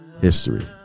History